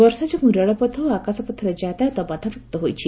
ବର୍ଷା ଯୋଗୁଁ ରେଳପଥ ଓ ଆକାଶପଥରେ ଯାତାୟତ ବାଧାପ୍ରାପ୍ତ ହୋଇଛି